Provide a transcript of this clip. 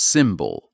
Symbol